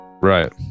Right